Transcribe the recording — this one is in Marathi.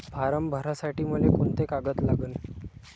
फारम भरासाठी मले कोंते कागद लागन?